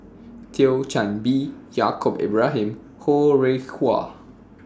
Thio Chan Bee Yaacob Ibrahim Ho Rih Hwa